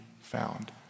found